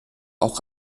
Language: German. auch